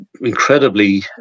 Incredibly